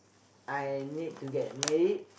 I need to get married